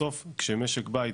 בסוף כשמשק בית,